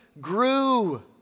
grew